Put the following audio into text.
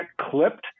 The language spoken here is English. clipped